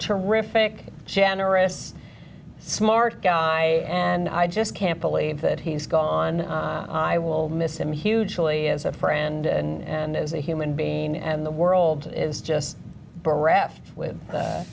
riffing generous smart guy and i just can't believe that he's gone on i will miss him hugely as a friend and as a human being and the world is just bereft with